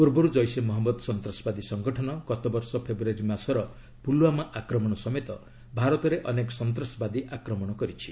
ପୂର୍ବରୁ ଜୈସେ ମହମ୍ମଦ ସନ୍ତାସବାଦୀ ସଂଗଠନ ଗତ ବର୍ଷ ଫେବୃୟାରୀ ମାସର ପୁଲୱାମା ଆକ୍ରମଣ ସମେତ ଭାରତରେ ଅନେକ ସନ୍ତାସବାଦୀ ଆକ୍ରମଣ କରିଛି